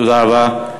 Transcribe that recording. תודה רבה.